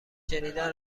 شنیدن